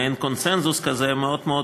מדובר על קבוצה רחבה מאוד,